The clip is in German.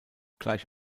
gleich